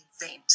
event